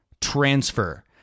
transfer